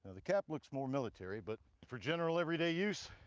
the cap looks more military, but for general everyday use